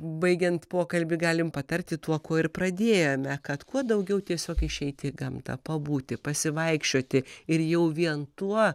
baigiant pokalbį galim patarti tuo kuo ir pradėjome kad kuo daugiau tiesiog išeiti į gamtą pabūti pasivaikščioti ir jau vien tuo